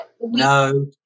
no